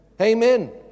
Amen